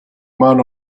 man